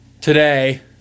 Today